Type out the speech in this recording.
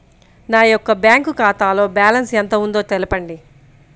నా యొక్క బ్యాంక్ ఖాతాలో బ్యాలెన్స్ ఎంత ఉందో తెలపండి?